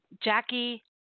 Jackie